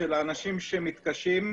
של אנשים שמתקשים.